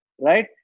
right